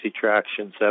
Traction